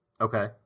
okay